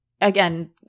again